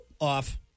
off